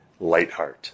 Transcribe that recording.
Lightheart